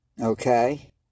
okay